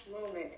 moment